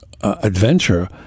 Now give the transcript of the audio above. adventure